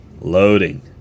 Loading